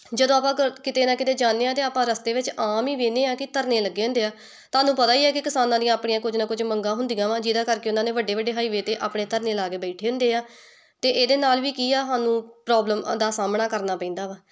ਜਦੋਂ ਆਪਾਂ ਕਿਤੇ ਨਾ ਕਿਤੇ ਜਾਂਦੇ ਹਾਂ ਅਤੇ ਆਪਾਂ ਰਸਤੇ ਵਿੱਚ ਆਮ ਹੀ ਵੇਖਦੇ ਹਾਂ ਕਿ ਧਰਨੇ ਲੱਗੇ ਹੁੰਦੇ ਆ ਤੁਹਾਨੂੰ ਪਤਾ ਹੀ ਆ ਕਿ ਕਿਸਾਨਾਂ ਦੀਆਂ ਆਪਣੀਆਂ ਕੁਝ ਨਾ ਕੁਝ ਮੰਗਾਂ ਹੁੰਦੀਆਂ ਵਾ ਜਿਹਦੇ ਕਰਕੇ ਉਹਨਾਂ ਨੇ ਵੱਡੇ ਵੱਡੇ ਹਾਈਵੇ 'ਤੇ ਆਪਣੇ ਧਰਨੇ ਲਗਾ ਕੇ ਬੈਠੇ ਹੁੰਦੇ ਆ ਅਤੇ ਇਹਦੇ ਨਾਲ ਵੀ ਕੀ ਆ ਸਾਨੂੰ ਪ੍ਰੋਬਲਮਾਂ ਦਾ ਸਾਹਮਣਾ ਕਰਨਾ ਪੈਂਦਾ ਵਾ